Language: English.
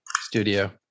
studio